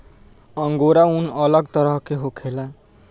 angora ऊन अलग तरह के होखेला